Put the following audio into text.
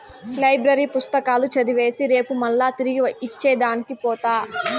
library పుస్తకాలు చదివేసి రేపు మల్లా తిరిగి ఇచ్చే దానికి పోత